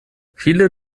viele